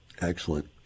excellent